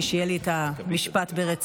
כדי שיהיה לי את המשפט ברצף.